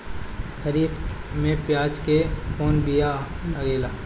खरीफ में प्याज के कौन बीया लागेला?